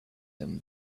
them